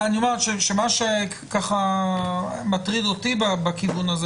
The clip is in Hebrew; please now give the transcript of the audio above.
מה שמטריד אותי בכיוון הזה